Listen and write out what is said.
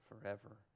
forever